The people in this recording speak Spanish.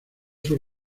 sus